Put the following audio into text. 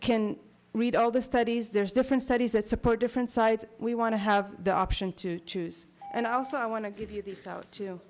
can read all the studies there's different studies that support different sides we want to have the option to choose and also i want to give you this ou